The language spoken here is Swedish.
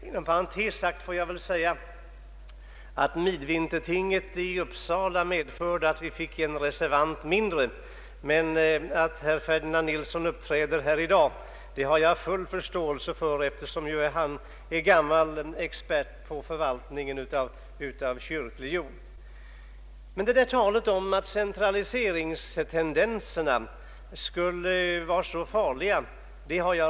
Inom parentes får jag väl säga att midvintertinget i Uppsala medförde att vi fick en reservant mindre, men att herr Ferdinand Nilsson uppträder här i dag har jag full förståelse för, eftersom han är gammal expert på förvaltningen av kyrklig jord. Jag har litet svårt att följa med talet om att centraliseringstendenserna skulle vara så farliga.